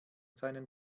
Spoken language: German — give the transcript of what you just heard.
seinen